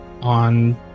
on